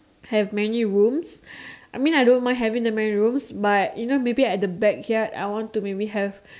have many rooms I mean I don't mind having that many rooms but you know maybe at the backyard I want to maybe have